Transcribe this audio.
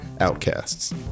outcasts